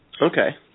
Okay